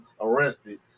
arrested